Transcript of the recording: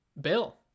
Bill